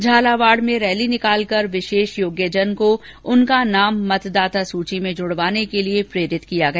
झालावाड़ में रैली निकाल कर विशेष योग्यजन को उनका नाम मतदाता सुची में जुडवाने के लिए प्रेरित किया गया